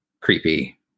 creepy